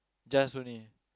just only